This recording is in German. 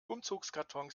umzugskartons